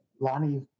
Lonnie